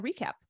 recap